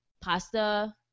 pasta